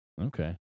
Okay